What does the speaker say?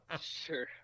Sure